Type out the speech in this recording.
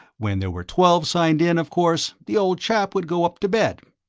when there were twelve signed in, of course, the old chap would go up to bed,